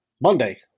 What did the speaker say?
Monday